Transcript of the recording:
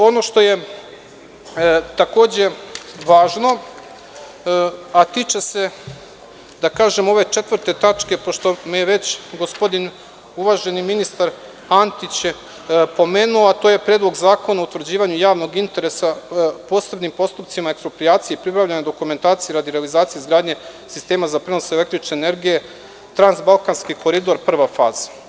Ono što je takođe važno, a tiče se ove četvrte tačke, pošto je već uvaženi ministar Antić pomenuo, to je Predlog zakona o utvrđivanju javnog interesa u posebnim postupcima eksproprijacije i pribavljanja dokumentacije radi realizacije i izgradnje sistema za prenos električne energije „Transbalkanski koridor - prva faza“